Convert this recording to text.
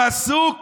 הוא עסוק